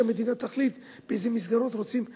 שהמדינה תחליט באיזה מסגרות רוצים לשכן,